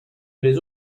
les